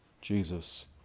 Jesus